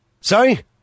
Sorry